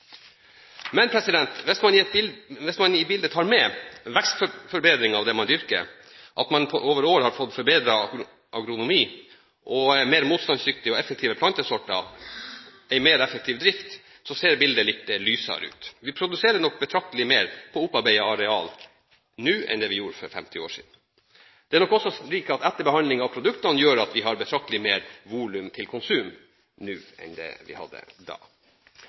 man dyrker, at man over år har fått forbedret agronomi, mer motstandsdyktige og effektive plantesorter og en mer effektiv drift, ser bildet litt lysere ut. Vi produserer nok betraktelig mer på opparbeidet areal nå enn det vi gjorde for 50 år siden. Det er nok også slik at etterbehandling av produktene gjør at vi har betraktelig mer volum til konsum nå enn vi hadde da.